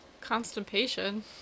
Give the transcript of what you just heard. Constipation